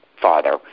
father